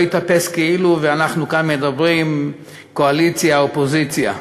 ייתפס כאילו אנחנו כאן מדברים קואליציה אופוזיציה.